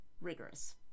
rigorous